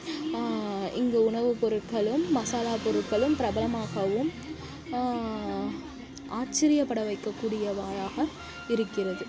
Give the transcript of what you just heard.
இங்கு உணவுப்பொருட்களும் மசாலாப்பொருட்களும் பிரபலமாகவும் ஆச்சரியப்பட வைக்கக்கூடியவாறாக இருக்கிறது